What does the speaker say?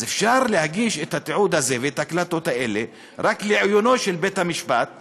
אפשר להגיש את התיעוד הזה ואת ההקלטות האלה לעיונו של בית-המשפט בלבד,